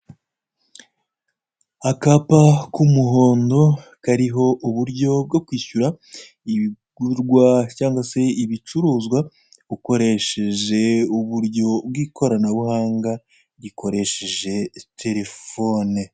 Akapa k'umuhondo kariho uburyo bwo kwishyura ibigurwa cyangwa se ibicuruzwa ukoresheje uburyo bw'ikoranabuhanga rikoresheje itelefone.